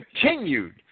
continued